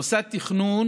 מוסד תכנון